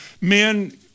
men